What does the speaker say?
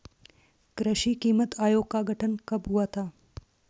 कृषि कीमत आयोग का गठन कब हुआ था?